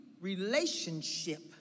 relationship